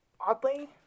oddly